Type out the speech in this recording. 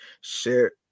Share